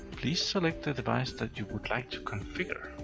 please select the device that you would like to configure.